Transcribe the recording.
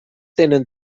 tenen